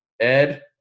Ed